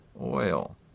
oil